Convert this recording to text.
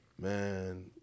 man